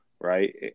Right